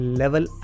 level